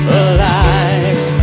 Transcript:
alive